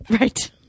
Right